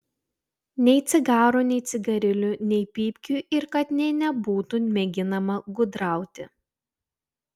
nei cigarų nei cigarilių nei pypkių ir kad nė nebūtų mėginama gudrauti